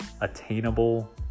attainable